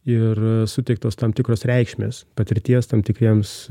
ir suteiktos tam tikros reikšmės patirties tam tikriems